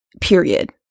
Period